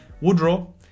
Woodrow